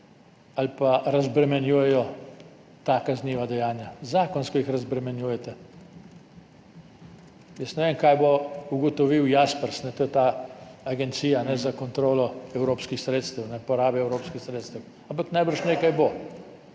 ali pa razbremenjujejo ta kazniva dejanja. Zakonsko jih razbremenjujete. Ne vem, kaj bo ugotovil Jaspers, to je agencija za kontrolo porabe evropskih sredstev. Ampak najbrž nekaj bo,